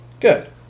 Good